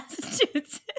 Massachusetts